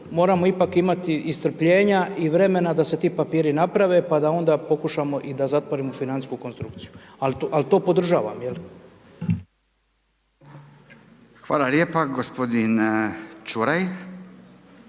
moramo ipak imati i strpljenja i vremena da se ti papiri naprave, pa da onda pokušamo i da zatvorimo financijsku konstrukciju, al to podržavam jel. **Radin, Furio